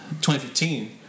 2015